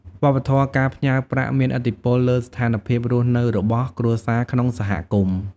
វប្បធម៌ការផ្ញើប្រាក់មានឥទ្ធិពលលើស្ថានភាពរស់នៅរបស់គ្រួសារក្នុងសហគមន៍។